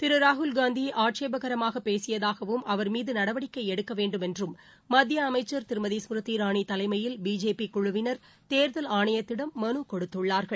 திரு ராகுல்காந்தி ஆட்பேகரமாக பேசியதாகவும் அவர் மீது நடவடிக்கை எடுக்க வேண்டும் என்றும் மத்திய அமைச்சர் திருமதி ஸ்மிருதி இராளி தலைமையில் பிஜேபி குழுவினர் தேர்தல் ஆணையத்திடம் மனு கொடுத்துள்ளார்கள்